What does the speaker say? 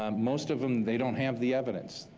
um most of them they don't have the evidence.